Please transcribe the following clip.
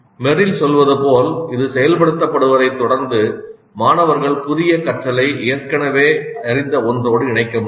Merrill சொல்வது போல் இது செயல்படுத்தப்படுவதைத் தொடர்ந்து 'மாணவர்கள் புதிய கற்றலை ஏற்கனவே அறிந்த ஒன்றோடு இணைக்க முடியும்